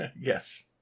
Yes